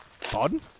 Pardon